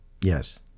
yes